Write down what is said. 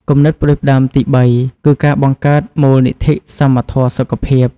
គំនិតផ្តួចផ្តើមទីបីគឺការបង្កើតមូលនិធិសមធម៌សុខភាព។